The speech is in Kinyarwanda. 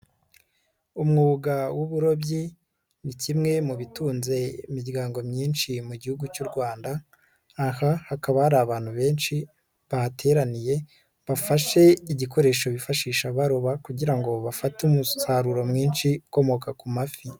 Umwuga w'uburobyi ni kimwe mu bitunze imiryango myinshi mu gihugu cy'u Rwanda, aha hakaba hari abantu benshi, bahateraniye, bafashe igikoresho bifashisha baroba kugira ngo bafate umusaruro mwinshi ukomoka ku mafi.